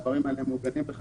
יש מה לתקן